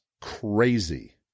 crazy